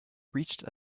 reached